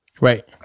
Right